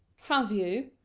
have you?